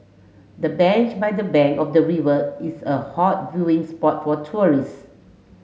the bench by the bank of the river is a hot viewing spot for tourists